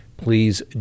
please